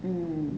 mm